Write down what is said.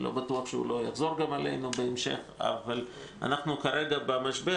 לא בטוח שהוא לא יחזור אלינו בהמשך אבל אנחנו כרגע במשבר